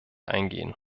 eingehen